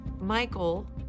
Michael